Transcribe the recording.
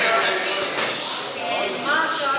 מה עכשיו?